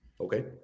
okay